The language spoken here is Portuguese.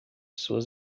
suas